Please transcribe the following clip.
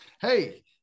Hey